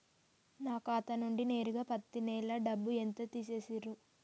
నా ఖాతా నుండి నేరుగా పత్తి నెల డబ్బు ఎంత తీసేశిర్రు?